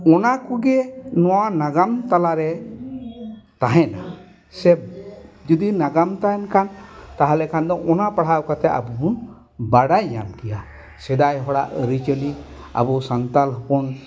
ᱚᱱᱟ ᱠᱚᱜᱮ ᱱᱚᱣᱟ ᱱᱟᱜᱟᱢ ᱛᱟᱞᱟᱨᱮ ᱛᱟᱦᱮᱱᱟ ᱥᱮ ᱡᱩᱫᱤ ᱱᱟᱜᱟᱢ ᱛᱟᱦᱮᱱ ᱠᱷᱟᱱ ᱛᱟᱦᱚᱞᱮ ᱠᱷᱟᱱ ᱫᱚ ᱚᱱᱟ ᱯᱟᱲᱦᱟᱣ ᱠᱟᱛᱮ ᱟᱵᱚ ᱵᱚᱱ ᱵᱟᱰᱟᱭ ᱧᱟᱢ ᱠᱮᱭᱟ ᱥᱮᱫᱟᱭ ᱦᱚᱲᱟᱜ ᱟᱹᱨᱤᱪᱟᱹᱞᱤ ᱟᱵᱚ ᱥᱟᱱᱛᱟᱲ ᱦᱚᱯᱚᱱ